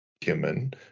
human